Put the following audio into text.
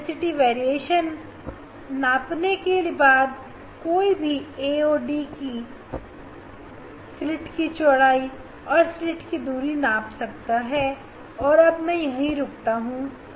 तीव्रता वेरिएशन नापने के बाद कोई भी a और d स्लिट की चौड़ाई स्लिट की दूरी माप सकते हैं और अब मैं यहां रुक जाता हूं